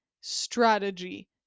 strategy